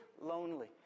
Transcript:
lonely